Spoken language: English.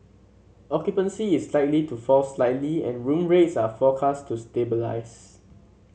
occupancy is likely to fall slightly and room rates are forecast to stabilise